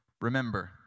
Remember